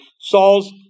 Saul's